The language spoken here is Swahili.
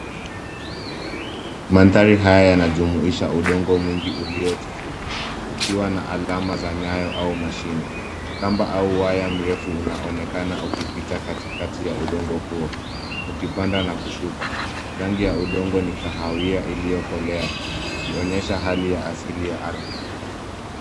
Madhari haya yanajuimuisha udongo mwingi uliotifuka ukiwa na alama za nyayo au mashine kamba ama waya mrefu unaonekanaukipita katikati ya udongo huo ukipanda na kushuka rangi ya udongo ni kahawia iliyokolea ukionyesha hali ya asili ya ardhi.